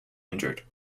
injured